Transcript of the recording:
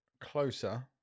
Closer